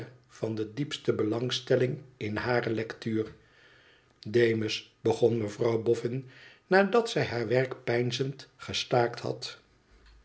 van de diepste belangstelling in hare lectuur demus begon mevrouw boffin nadat zij haar werk peinzend gestaakt had